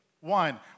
One